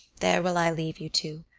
there will i leave you too,